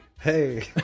hey